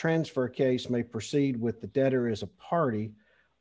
transfer case may proceed with the debtor is a party